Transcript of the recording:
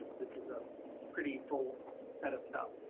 this is a pretty full set of stuff.